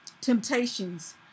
temptations